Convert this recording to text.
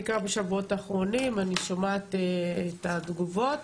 בעיקר בשבועות האחרונים אני שומעת את התגובות